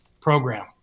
program